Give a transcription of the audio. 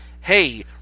hey